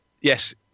yes